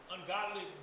ungodly